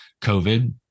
COVID